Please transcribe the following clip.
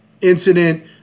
incident